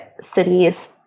cities